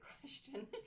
question